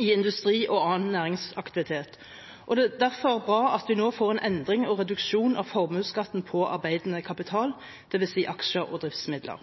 i industri og annen næringsaktivitet, og det er derfor bra at vi nå får en endring og reduksjon av formuesskatten på arbeidende kapital, dvs. aksjer og driftsmidler.